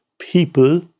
people